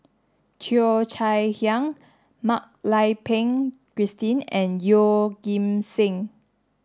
Cheo Chai Hiang Mak Lai Peng Christine and Yeoh Ghim Seng